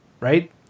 right